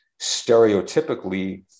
stereotypically